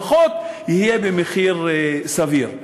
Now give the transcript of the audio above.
אבל שלפחות יהיה במחיר סביר.